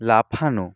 লাফানো